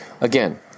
Again